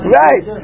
right